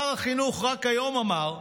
שר החינוך רק היום אמר: